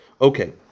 Okay